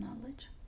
knowledge